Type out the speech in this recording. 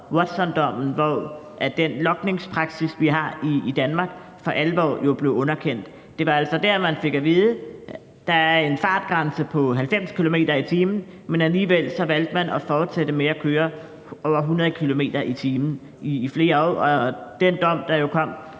Tele2-Watson-dommen, at den lovgivningspraksis, vi har i Danmark, for alvor blev underkendt. Det var altså der, man fik at vide, at der er en fartgrænse på 90 km/t., men man alligevel valgte at fortsætte med at køre over 100 km/t. i flere år. Og den dom, der kom